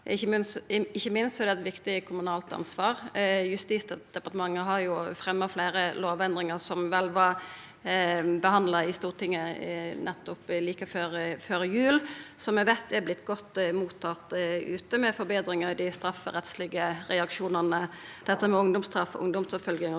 Ikkje minst er det eit viktig kommunalt ansvar. Justisdepartementet har fremja fleire lovendringar som vel vart behandla i Stortinget like før jul, og som vi veit har vorte godt mottatt ute, med forbetringar i dei strafferettslege reaksjonane – dette med ungdomsstraff og ungdomsoppfølging